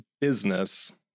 business